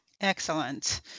Excellent